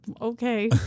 Okay